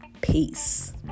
Peace